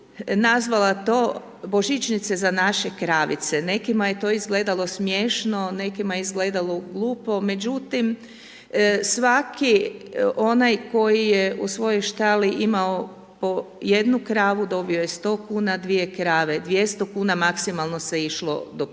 nazvala to božićnice za naše kravice. Nekima je to izgledalo smiješno, nekima je izgledalo glupo, međutim svaki onaj koji je u svojoj štali imao po jednu kravu dobio je 100 kuna, dvije krave 200 kuna, maksimalno se išlo do 5 krava